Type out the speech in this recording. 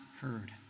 heard